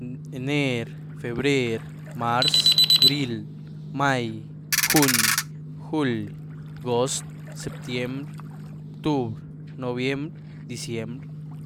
Ener, febrer, marz, bril, mai, juny, july, gost, septiembr, oc'tubr, noviembr, diciembr.